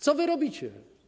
Co wy robicie?